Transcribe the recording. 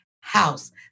house